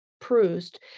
proust